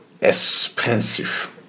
expensive